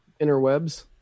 interwebs